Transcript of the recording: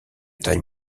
taille